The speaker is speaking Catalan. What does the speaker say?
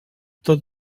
tot